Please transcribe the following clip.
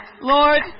Lord